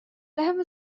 ذهب